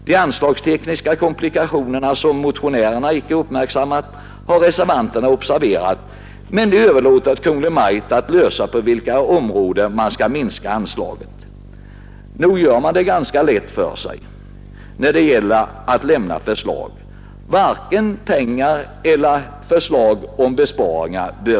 De anslagstekniska komplikationerna, som motionärerna förbisett, har reservanterna uppmärksammat, men de överlåter åt Kungl. Maj:t att lösa frågan på vilka områden anslaget bör minskas. Nog gör man det ganska lätt för sig — i reservationen föreslås varken medelsanvisning eller besparingar.